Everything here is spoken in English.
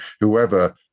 whoever